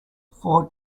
four